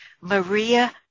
Maria